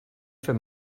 fer